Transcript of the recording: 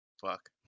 Fuck